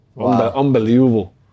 Unbelievable